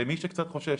למי שקצת חושש.